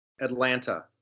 Atlanta